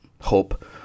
hope